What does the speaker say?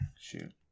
Shoot